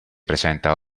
presenta